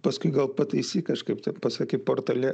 paskui gal pataisyk kažkaip tai pasakei portale